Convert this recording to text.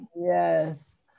Yes